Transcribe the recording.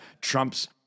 Trump's